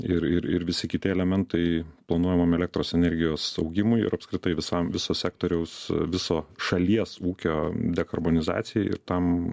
ir ir ir visi kiti elementai planuojamom elektros energijos augimui ir apskritai visam viso sektoriaus viso šalies ūkio dekarbonizacijai ir tam